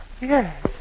Yes